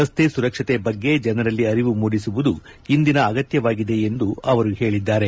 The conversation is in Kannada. ರಸ್ತೆ ಸುರಕ್ಷತೆ ಬಗ್ಗೆ ಜನರಲ್ಲಿ ಅರಿವು ಮೂಢಿಸುವುದು ಇಂದಿನ ಅಗತ್ಯವಾಗಿದೆ ಎಂದು ಅವರು ತಿಳಿಸಿದ್ದಾರೆ